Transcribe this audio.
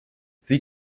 sie